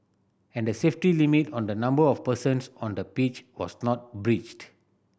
and the safety limit on the number of persons on the pitch was not breached